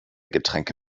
getränke